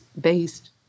based